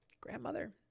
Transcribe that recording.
grandmother